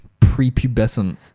prepubescent